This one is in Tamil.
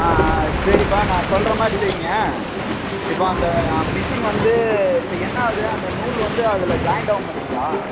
ஆ ஆ சரிப்பா நான் சொல்கிற மாதிரி செய்யுங்க இப்போ அந்த மிஷின் வந்து இப்போ என்ன ஆகுது அந்த நூல் வந்து அதில் ஜாயிண்ட் ஆக மாட்டேக்கிதா